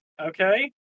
Okay